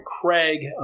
Craig